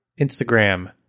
Instagram